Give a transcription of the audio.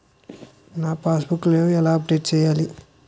నా passbook ఎలా update చేయాలి?